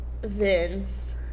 vince